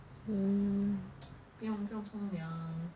hmm